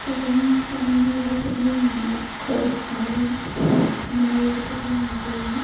so friends family எல்லாம் சேர்ந்து நாங்கள் அந்தமாதிரி கோவில் மலை இந்தமாதிரி இடத்துக்குலாம் நாங்கள் போவோம்